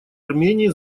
армении